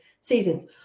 seasons